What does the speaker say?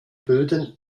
böden